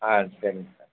ஆ சரிங்க